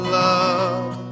love